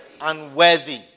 Unworthy